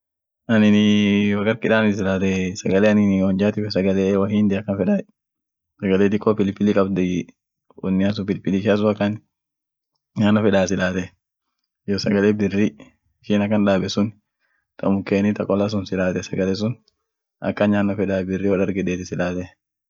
wonan lila oonjaati fed pili pili mugu india sunia, akama cholea yedeni sun akan fedai iyoo aminenii mara french beans ta gola fransisun silaate akama oonjaati fedai simu kas darga urum dagaa, duum sun akan nyaano fedai iyoo midaan wor nigeria